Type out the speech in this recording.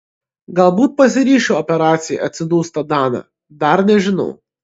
galbūt pasiryšiu operacijai atsidūsta dana dar nežinau